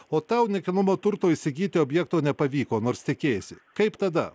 o tau nekilnojamo turto įsigyti objekto nepavyko nors tikėjaisi kaip tada